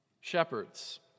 shepherds